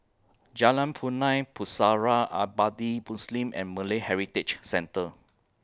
Jalan Punai Pusara Abadi Muslim and Malay Heritage Centre